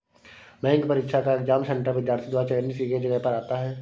bank परीक्षा का exam centre विद्यार्थी द्वारा चयनित की गई जगह पर आता है